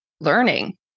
learning